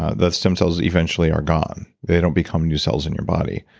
ah the stem cells eventually are gone they don't become new cells in your body.